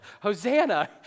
Hosanna